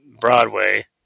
broadway